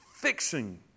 fixing